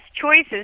choices